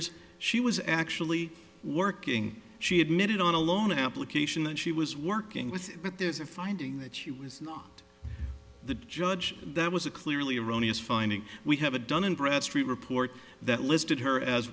is she was actually working she admitted on a loan application that she was working with but there's a finding that she was not the judge that was a clearly erroneous finding we have a dun and bradstreet report that listed her as